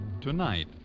Tonight